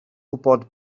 gwybod